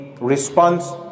response